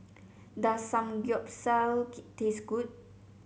does Samgeyopsal taste good